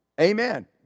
Amen